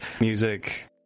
music